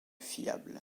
fiables